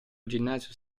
ginnasio